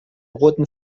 roten